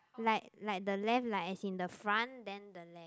like like the left like as in the front then the left